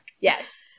Yes